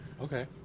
Okay